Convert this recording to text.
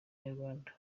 inyarwanda